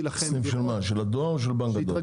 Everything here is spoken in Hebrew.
סניף של הדואר או של בנק הדואר?